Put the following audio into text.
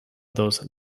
those